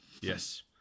yes